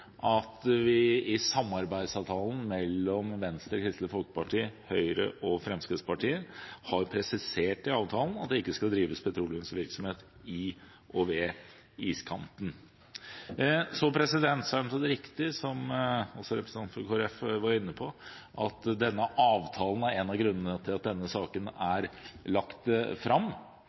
at vi i samarbeidsavtalen mellom Venstre, Kristelig Folkeparti, Høyre og Fremskrittspartiet har presisert at det ikke skal drives petroleumsvirksomhet i og ved iskanten. Så er det riktig som også representanten fra Kristelig Folkeparti var inne på, at denne avtalen er en av grunnene til at denne saken er lagt fram.